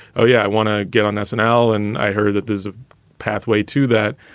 oh, yeah, i want to get on ah snl. and i heard that there's a pathway to that.